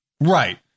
Right